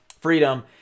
freedom